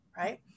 right